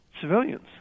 civilians